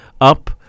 up